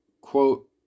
Quote